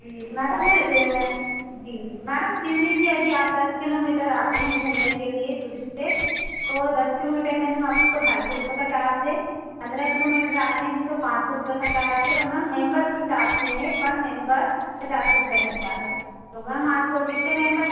जी madam मैं जी जी मैडम सिवनी से यदि आप दस किलोमीटर आते हैं घूमने के लिए टूरिस्ट से तो दस किलोमीटर के अंदर में आपको ढाई सौ रुपए का चार्ज है पन्द्रह किलोमीटर आते हैं तो पाँच सौ रुपए का चार्ज है और मैम मेम्बर के हिसाब से है पर मेम्बर पचास रुपए रहता है तो मैम आप कितने मेम्बर